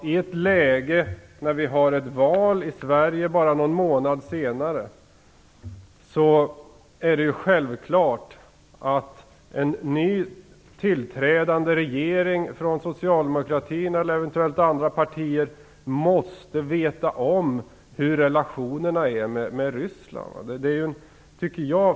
I ett läge där vi i Sverige har ett val bara någon månad senare är det självklart att en ny tillträdande regering bestående av Socialdemokraterna eller eventuellt andra partier måste veta om hur relationerna är med Ryssland.